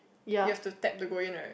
they have to tab to go in right